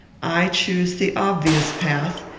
i choose the obvious path,